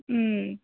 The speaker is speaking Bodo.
ओम